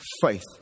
faith